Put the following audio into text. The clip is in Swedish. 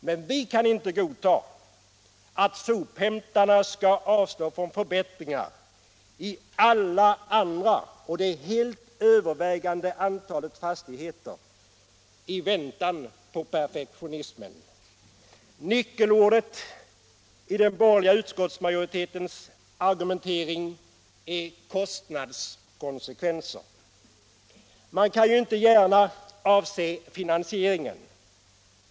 Men vi kan inte godta att sophämtarna skall avstå från förbättringar i alla andra och det helt övervägande antalet fastigheter i väntan på perfektionismen. Nyckelordet i den borgerliga utskottsmajoritetens argumentering är kostnadskonsekvenser. Man kan ju inte gärna avse finansieringen.